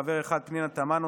חבר אחד: פנינו תמנו,